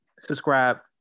Subscribe